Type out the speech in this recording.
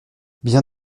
bien